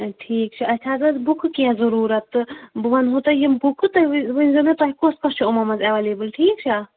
ٹھیٖک چھُ اَسہِ حظ بُکہٕ کیٚنٛہہ ضُروٗرت تہٕ بہٕ وَنہو تۄہہِ بُکہٕ تُہۍ ؤ ؤنۍزیو مےٚ تۄہہِ کۄس کۄس چھُ یِمو منٛز ایولیبٕل ٹھیٖک چھا منٛز